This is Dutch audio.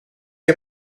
heb